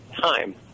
time